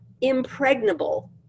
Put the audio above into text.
impregnable